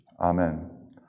Amen